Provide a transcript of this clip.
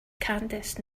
candice